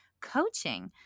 coaching